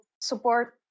support